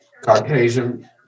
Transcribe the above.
Caucasian